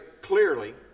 clearly